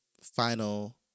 final